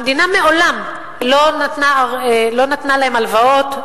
המדינה מעולם לא נתנה להם הלוואות,